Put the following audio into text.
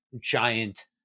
giant